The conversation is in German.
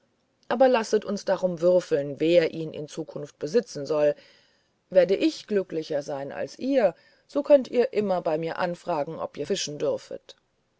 aber lasset uns darum würfeln wer ihn in zukunft besitzen soll werde ich glücklicher sein als ihr so könnt ihr immer bei mir anfragen ob ihr fischen dürfet